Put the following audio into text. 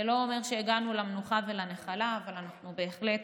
זה לא אומר שהגענו למנוחה ולנחלה, אבל אנחנו בהחלט